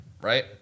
right